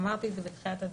ואמרתי את זה בתחילת הדברים,